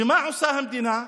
ומה עושה המדינה?